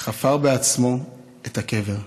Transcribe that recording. חפר בעצמו את הקבר.